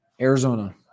Arizona